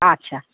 আচ্ছা